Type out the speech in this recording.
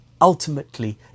Ultimately